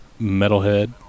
metalhead